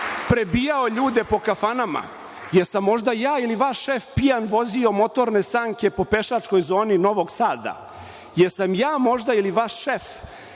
prebijao ljude po kafanama? Jesam možda ja ili vaš šef pijan vozio motorne sanke po pešačkoj zoni Novog Sada? Jesam ja možda ili vaš šef